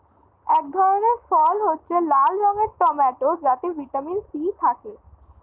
এক ধরনের ফল হচ্ছে লাল রঙের টমেটো যাতে ভিটামিন সি থাকে